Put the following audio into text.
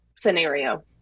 scenario